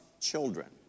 children